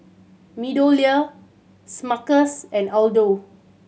MeadowLea Smuckers and Aldo